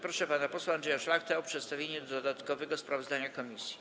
Proszę pana posła Andrzeja Szlachtę o przedstawienie dodatkowego sprawozdania komisji.